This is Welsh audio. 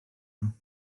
nhw